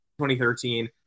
2013